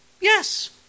Yes